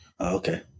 Okay